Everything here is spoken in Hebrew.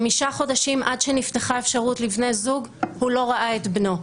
חמישה חודשים עד שנפתחה האפשרות לבני זוג הוא לא ראה את בנו.